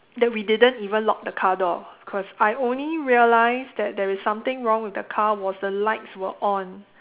that we didn't even lock the car door cause I only realised that there is something wrong with the car was the lights were on